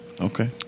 Okay